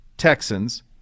Texans